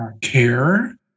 care